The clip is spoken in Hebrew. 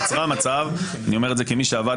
יצרו מצב אני אומר את זה כמי שעבד